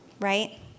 Right